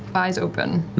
eyes open.